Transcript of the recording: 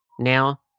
now